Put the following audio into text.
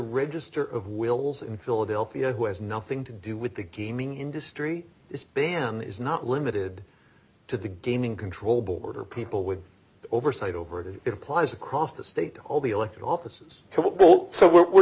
register of wills in philadelphia who has nothing to do with the gaming industry it's ban is not limited to the gaming control board or people with oversight over it it applies across the state all the elected offices so we're